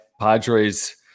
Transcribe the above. Padres